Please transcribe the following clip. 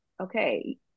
okay